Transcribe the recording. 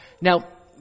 Now